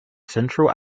central